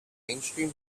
mainstream